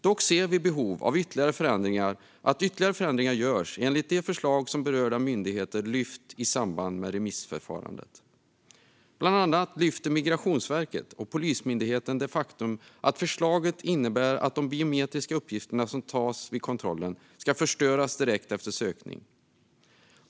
Dock ser vi behov av att ytterligare förändringar görs enligt de förslag som berörda myndigheter lyft fram i samband med remissförfarandet. Bland annat lyfter Migrationsverket och Polismyndigheten fram det faktum att förslaget innebär att de biometriska uppgifter som tas vid kontrollen ska förstöras direkt efter sökning.